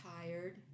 tired